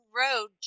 road